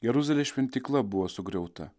jeruzalės šventykla buvo sugriauta